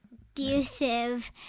abusive